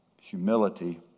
humility